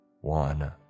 One